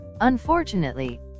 Unfortunately